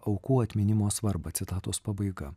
aukų atminimo svarbą citatos pabaiga